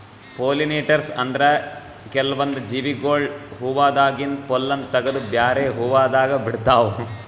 pollinators ಅಂದ್ರ ಕೆಲ್ವನ್ದ್ ಜೀವಿಗೊಳ್ ಹೂವಾದಾಗಿಂದ್ ಪೊಲ್ಲನ್ ತಗದು ಬ್ಯಾರೆ ಹೂವಾದಾಗ ಬಿಡ್ತಾವ್